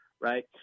right